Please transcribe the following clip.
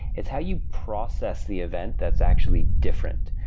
it's how you process the event that's actually different.